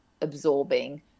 absorbing